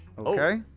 okay